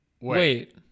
Wait